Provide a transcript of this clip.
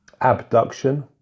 abduction